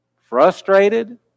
frustrated